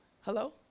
Hello